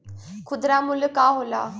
खुदरा मूल्य का होला?